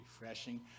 refreshing